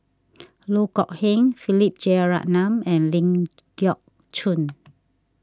Loh Kok Heng Philip Jeyaretnam and Ling Geok Choon